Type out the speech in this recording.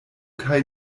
kaj